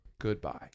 Goodbye